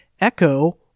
Echo